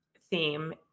theme